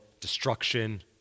destruction